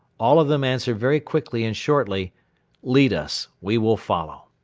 all of them answered very quickly and shortly lead us! we will follow.